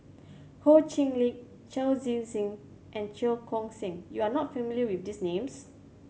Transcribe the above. Ho Chee Lick Chao Tzee Cheng and Cheong Koon Seng you are not familiar with these names